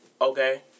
okay